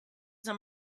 that